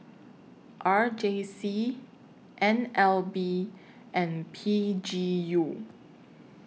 R J C N L B and P G U